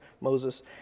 Moses